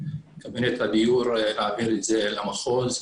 קבינט הדיור להעביר את זה למחוז.